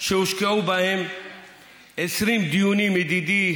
שהושקעו בהם 20 דיונים, ידידי